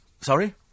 Sorry